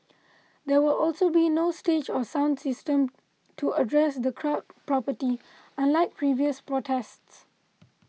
there will also be no stage or sound system to address the crowd property unlike previous protests